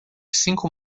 cinco